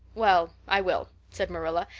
well, i will, said marilla,